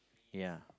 ya